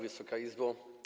Wysoka Izbo!